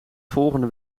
volgende